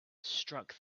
struck